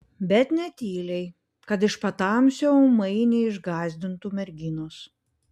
bet ne tyliai kad iš patamsio ūmai neišgąsdintų merginos